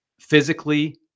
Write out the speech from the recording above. Physically